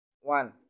One